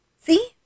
See